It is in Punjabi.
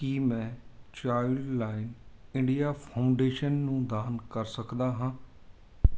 ਕੀ ਮੈਂ ਚਾਈਲਡਲਾਈਨ ਇੰਡੀਆ ਫਾਊਡੇਸ਼ਨ ਨੂੰ ਦਾਨ ਕਰ ਸਕਦਾ ਹਾਂ